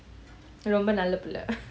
ரொம்பநல்லபுள்ள:romba nalla pulla